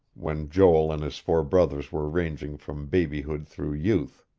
when joel and his four brothers were ranging from babyhood through youth.